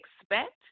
expect